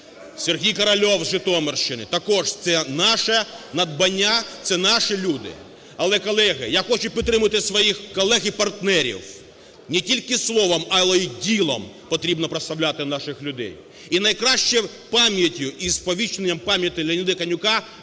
Сергій Корольов з Житомирщини, також це наше надбання, це наші люди. Але, колеги, я хочу підтримати своїх колег і партнерів не тільки словом, але й ділом потрібно прославляти наших людей. І найкращою пам'яттю і сповічненням пам'яті Леоніда Каденюка